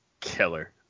killer